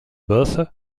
bertha